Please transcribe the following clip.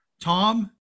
tom